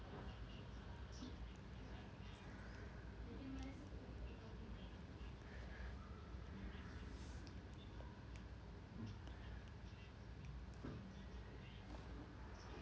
I see